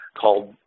called